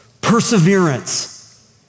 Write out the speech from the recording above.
perseverance